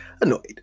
Annoyed